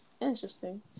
Interesting